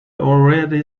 already